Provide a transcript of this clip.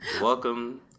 welcome